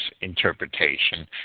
interpretation